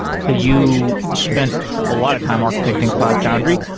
so you spent a lot of time architecting cloud foundry,